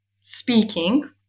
speaking